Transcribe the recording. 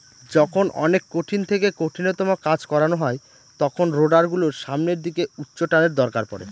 যখন অনেক কঠিন থেকে কঠিনতম কাজ করানো হয় তখন রোডার গুলোর সামনের দিকে উচ্চটানের দরকার পড়ে